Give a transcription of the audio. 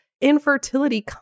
infertility